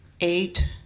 eight